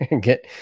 get